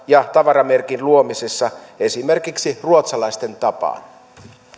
ja tavaramerkin luomisessa esimerkiksi ruotsalaisten tapaan